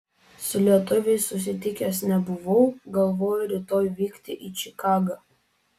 su lietuviais susitikęs nebuvau galvoju rytoj vykti į čikagą